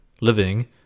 living